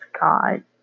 God